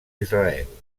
israel